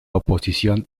oposición